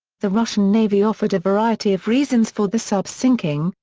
the russian navy offered a variety of reasons for the sub's sinking,